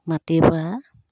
মাটিৰপৰা